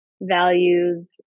values